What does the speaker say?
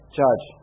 judge